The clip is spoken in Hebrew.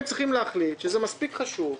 הם צריכים להחליט שזה מספיק חשוב,